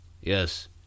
yes